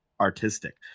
artistic